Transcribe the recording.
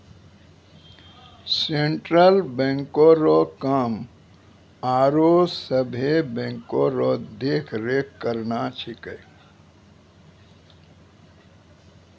central बैंको रो काम आरो सभे बैंको रो देख रेख करना छिकै